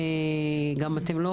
אין לי